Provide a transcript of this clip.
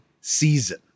season